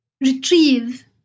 retrieve